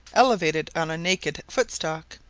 elevated on a naked footstalk,